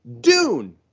Dune